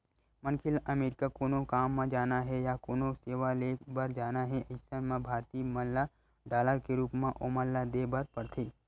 मनखे ल अमरीका कोनो काम म जाना हे या कोनो सेवा ले बर जाना हे अइसन म भारतीय मन ल डॉलर के रुप म ओमन ल देय बर परथे